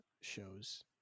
shows